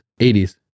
80s